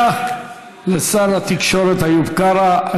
תודה לשר התקשורת איוב קרא.